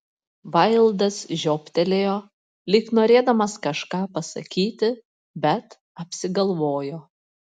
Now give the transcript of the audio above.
vaildas žiobtelėjo lyg norėdamas kažką pasakyti bet apsigalvojo